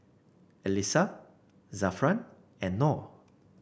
Alyssa Zafran and Noh